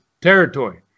territory